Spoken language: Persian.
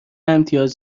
امتیاز